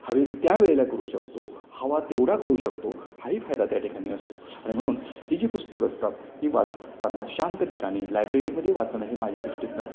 हवे त्यावेळेला करू शकतो हवा तेवढा करू शकतो हाही फायदा त्या ठिकाणी असतो आणि म्हणून ही जी पुस्तक असतात ही वाचत असताना शांत ठिकाणी लायब्ररीमध्ये वाचणे हे माझ्या दृष्टीतूनं